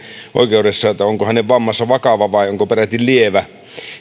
oikeudessa siitä onko hänen vammansa vakava vai onko peräti lievä